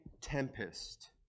tempest